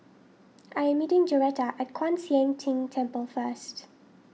I am meeting Joretta at Kwan Siang Tng Temple first